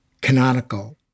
canonical